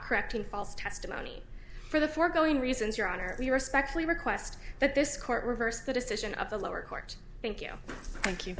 correcting false testimony for the foregoing reasons your honor we respectfully request that this court reversed the decision of the lower court thank you thank you